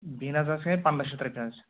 beans چھِ حظ پَنٛداہ شیٚتھ رۄپیہِ حظ